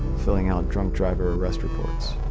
filling out drunk-driver arrest reports.